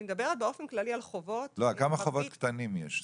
אני מדברת באופן כללי על חובות כמה חובות קטנים יש?